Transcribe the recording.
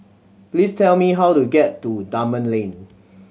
please tell me how to get to Dunman Lane